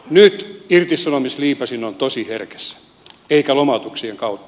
nyt irtisanomisliipaisin on tosi herkässä eikä lomautuksien kautta